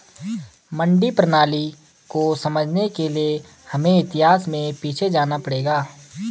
मंडी प्रणाली को समझने के लिए हमें इतिहास में पीछे जाना पड़ेगा